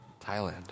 Thailand